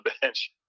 bench